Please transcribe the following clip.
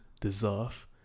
deserve